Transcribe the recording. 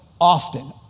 often